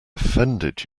offended